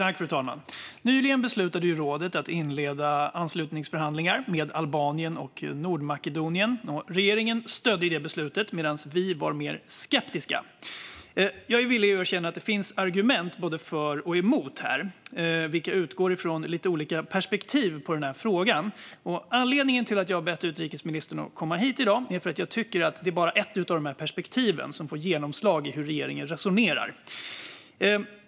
Fru talman! Nyligen beslutade rådet att inleda anslutningsförhandlingar med Albanien och Nordmakedonien. Regeringen stödde det beslutet medan vi var mer skeptiska. Jag är villig att erkänna att det finns argument både för och emot, vilka utgår från lite olika perspektiv på frågan. Anledningen till att jag har bett utrikesministern att komma hit i dag är att jag tycker att det bara är ett perspektiv som får genomslag i hur regeringen resonerar.